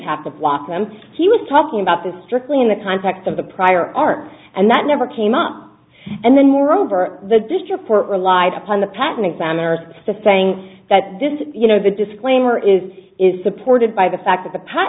have to block them he was talking about the strictly in the context of the prior art and that never came up and then moreover the district court relied upon the patent examiners stiff saying that this you know the disclaimer is is supported by the fact that the p